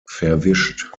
verwischt